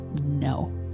No